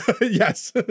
Yes